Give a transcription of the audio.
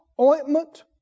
ointment